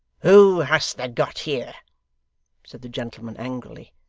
who hast thou got here said the gentleman angrily,